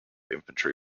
infantry